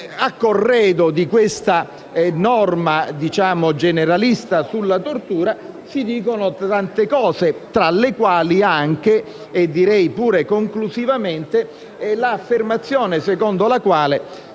a corredo di questa norma generalista sulla tortura, si dicono tante cose, tra le quali anche, conclusivamente, l'affermazione secondo la quale